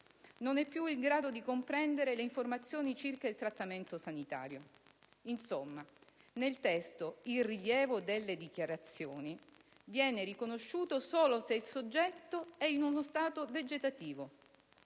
non è più in grado di comprendere le informazioni circa il trattamento sanitario". Insomma, nel testo, il rilievo delle dichiarazioni viene riconosciuto solo se il soggetto è in uno stato vegetativo.